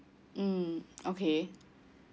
mm okay